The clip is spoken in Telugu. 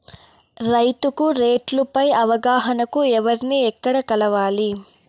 రైతుకు రేట్లు పై అవగాహనకు ఎవర్ని ఎక్కడ కలవాలి?